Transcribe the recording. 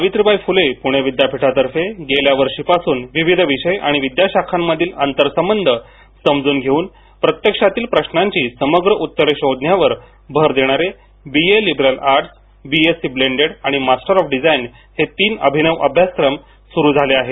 सावित्रीबाई फुले पुणे विद्यापीठातर्फे बीए गेल्या वर्षीपासून विविध विषय आणि विद्याशाखांमधील आंतरसंबंध समजून घेऊन प्रत्यक्षातील प्रश्नाची समग्र उत्तरे शोधण्यावर भर देणारे BA liberal arts B Sc blended आणि मास्टर ऑफ डिझाइन हे तीन अभिनव अभ्यासक्रम गेल्या वर्षीपासून सुरु झाले आहेत